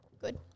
Good